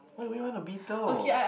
why would you want a beetle